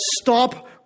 stop